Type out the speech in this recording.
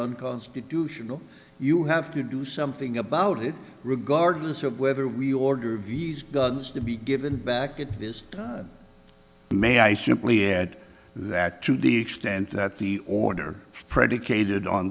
unconstitutional you have to do something about it regardless of whether we order viz gods to be given back at this may i simply add that to the extent that the order predicated on